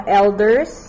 elders